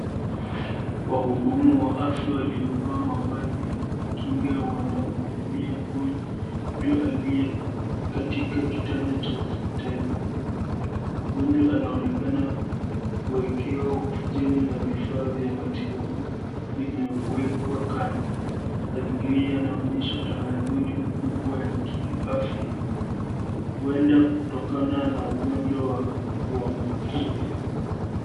Wahudumu wa afya waliovaa mavazi ya kujikinga wanamhudumia mgonjwa aliye katika kitanda cha hospitali. Mgonjwa anaonekana kuwekewa oksijeni na vifaa vya matibabu vimewekwa kando. Mazingira yanaonyesha tahadhuli kubwa ya kiafya huenda kutokana na ugonjwa wa kuambukiza.